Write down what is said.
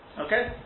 Okay